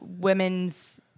women's